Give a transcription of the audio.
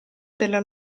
della